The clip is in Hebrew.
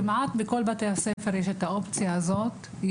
כמעט בכל בתי הספר יש את האופציה הזאת.